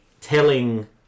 telling